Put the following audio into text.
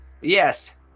Yes